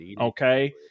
okay